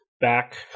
back